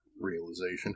realization